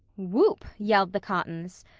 whoop, yelled the cottons.